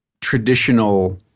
traditional